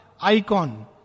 icon